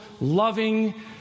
Loving